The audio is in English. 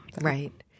Right